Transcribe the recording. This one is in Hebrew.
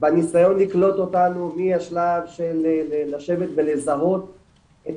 והניסיון לקלוט אותנו מהשלב של לשבת ולזהות את